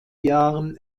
jahren